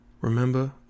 remember